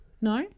No